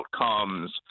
outcomes